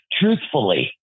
truthfully